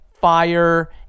fire